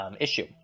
issue